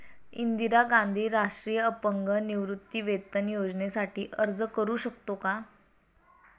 इंदिरा गांधी राष्ट्रीय अपंग निवृत्तीवेतन योजनेसाठी अर्ज करू शकतो का?